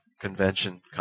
convention